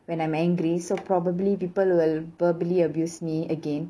when I'm angry so probably people will verbally abuse me again